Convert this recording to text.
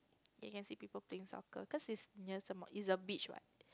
then you can see people playing soccer cause it's near Sem~ it's a beach what